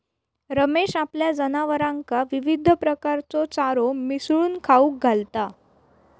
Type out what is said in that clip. रमेश आपल्या जनावरांका विविध प्रकारचो चारो मिसळून खाऊक घालता